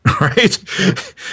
right